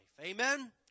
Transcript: Amen